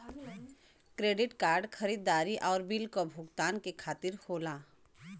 credit card खरीदारी आउर bill क भुगतान के खातिर होला